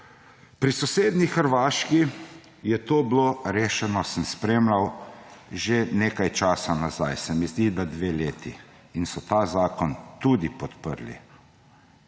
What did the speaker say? Pri sosednji Hrvaški je to bilo rešeno, sem spremljal že nekaj časa nazaj, se mi zdi, da dve leti, in so ta zakon tudi podprli.